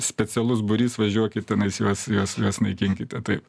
specialus būrys važiuokit tenais juos juos juos naikinkite taip